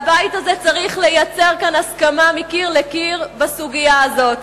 הבית הזה צריך לייצר כאן הסכמה מקיר לקיר בסוגיה זאת.